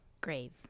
grave